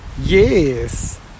yes